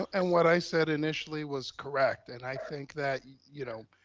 and what i said initially was correct. and i think that, you know,